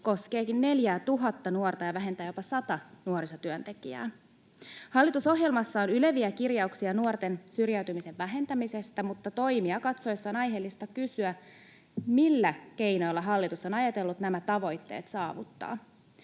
koskeekin neljäätuhatta nuorta ja vähentää jopa sata nuorisotyöntekijää. Hallitusohjelmassa on yleviä kirjauksia nuorten syrjäytymisen vähentämisestä, mutta toimia katsoessa on aiheellista kysyä, millä keinoilla hallitus on ajatellut nämä tavoitteet saavuttaa.